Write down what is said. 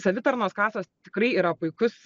savitarnos kasos tikrai yra puikus